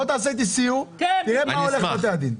בוא תעשה איתי סיור, תראה מה הולך בבתי הדין.